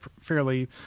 fairly